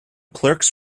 clerks